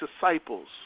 disciples